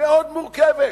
מאוד מורכבת.